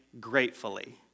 gratefully